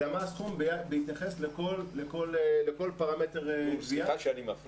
אלא מה הסכום בהתייחס לכל פרמטר גבייה,